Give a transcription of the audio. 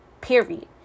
Period